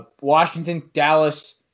Washington-Dallas